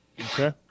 Okay